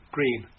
Green